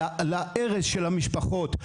להרס של המשפחות.